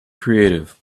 creative